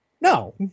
No